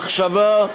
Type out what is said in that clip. במחשבה,